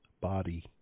body